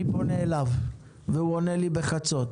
אני פונה אליו, והוא עונה לי בחצות.